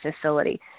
facility